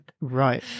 right